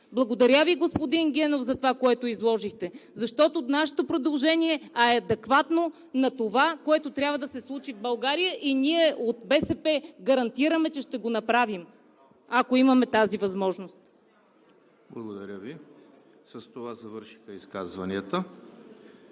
Благодаря Ви, господин Генов, за това, което изложихте, защото нашето предложение е адекватно на това, което трябва да се случи в България и ние от БСП гарантираме, че ще го направим, ако имаме тази възможност. ПРЕДСЕДАТЕЛ ЕМИЛ ХРИСТОВ: Благодаря Ви. С това завършиха изказванията.